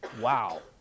Wow